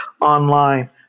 online